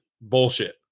bullshit